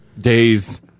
Days